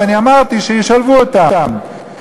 ואמרתי: שישלבו אותם.